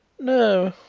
no,